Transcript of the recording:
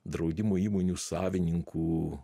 draudimo įmonių savininkų